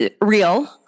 real